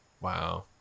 Wow